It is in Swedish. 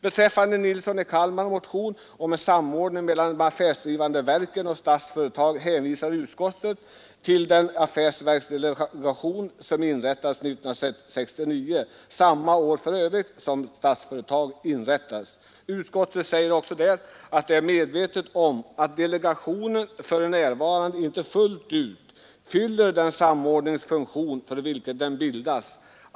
Beträffande herr Nilssons i Kalmar motion om samordning mellan de affärsdrivande verken och Statsföretag AB hänvisar utskottet till den affärsverksdelegation som inrättades 1969, för övrigt samma år som Statsföretag AB inrättades. Utskottet säger också att det är medvetet om att delegationen för närvarande inte fullt ut fyller den samordningsfunktion för vilken den bildats.